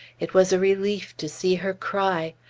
it was a relief to see her cry.